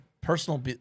personal